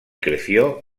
creció